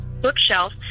bookshelf